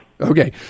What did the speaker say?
Okay